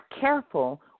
careful